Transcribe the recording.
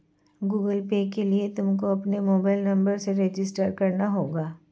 Google Pay के लिए तुमको अपने मोबाईल नंबर से रजिस्टर करना होगा